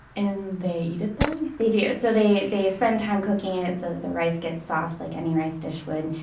and they eat it then? they do. so they they spend time cooking it so that the rice gets soft like any rice dish would.